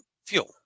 Fuel